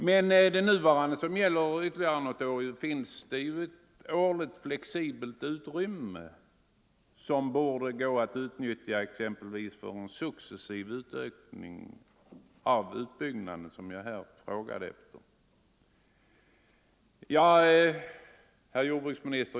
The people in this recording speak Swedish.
Med det nuvarande avtalet, som gäller ytterligare något år, finns det ju ett årligt flexibelt utrymme som borde gå att utnyttja exempelvis för en successiv utökning och utbyggnad, som jag här frågade efter. Herr jordbruksminister!